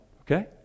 okay